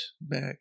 back